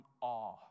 awe